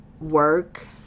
work